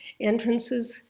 entrances